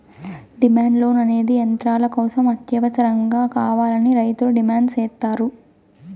demand loan అనేది యంత్రాల కోసం అత్యవసరంగా కావాలని రైతులు డిమాండ్ సేత్తారు